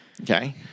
Okay